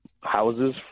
houses